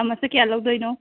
ꯆꯥꯃꯁꯁꯦ ꯀꯌꯥ ꯂꯧꯗꯣꯏꯅꯣ